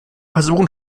versuchen